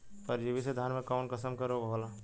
परजीवी से धान में कऊन कसम के रोग होला?